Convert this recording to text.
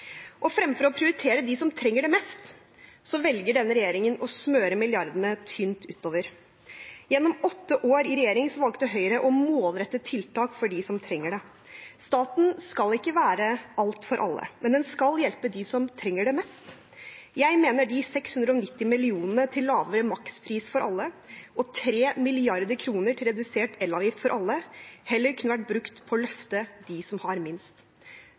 Fremfor å prioritere dem som trenger det mest, velger denne regjeringen å smøre milliardene tynt utover. Gjennom åtte år i regjering valgte Høyre å målrette tiltak for dem som trenger det. Staten skal ikke være alt for alle, men den skal hjelpe dem som trenger det mest. Jeg mener de 690 mill. kr til lavere makspris for alle og 3 mrd. kr til redusert elavgift for alle heller kunne vært brukt på å løfte dem som har minst.